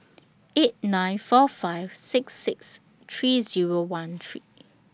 eight nine four five six six three Zero one three